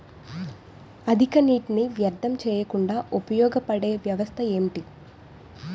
అధిక నీటినీ వ్యర్థం చేయకుండా ఉపయోగ పడే వ్యవస్థ ఏంటి